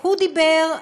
הוא דיבר,